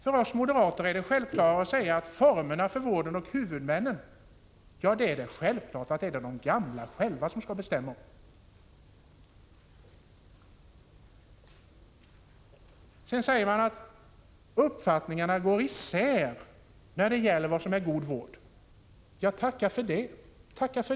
För oss moderater är det självklart att de gamla själva skall bestämma om formerna för vården och huvudmännen. Sedan säger man att uppfattningarna går isär när det gäller vad som är god vård. Ja, tacka för det!